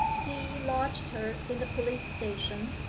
he lodged her in the police-station,